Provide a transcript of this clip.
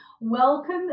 welcome